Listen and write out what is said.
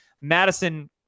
Madison